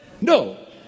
no